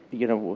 you know,